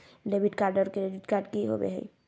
Debit card और credit card की होवे हय?